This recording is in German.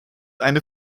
eine